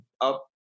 up